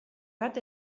bat